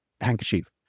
handkerchief